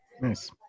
Nice